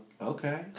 okay